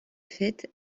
fait